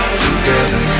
together